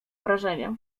wrażenie